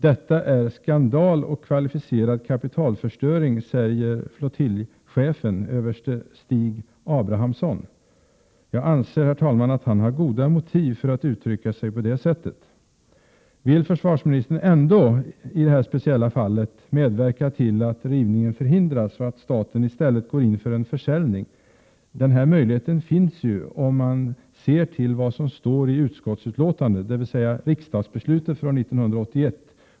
Detta är skandal och kvalificerad kapitalförstöring, säger flottiljchefen, överste Stig Abrahamsson. Jag anser, herr talman, att han har goda motiv för att uttrycka sig på det sättet. Vill försvarsministern ändå i detta speciella fall medverka till att rivningen förhindras och att staten i stället går in för en försäljning? Den möjligheten finns ju, om man ser till vad som står i utskottsbetänkandet, dvs. riksdagsbeslutet från år 1981.